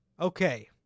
Okay